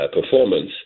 performance